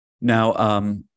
Now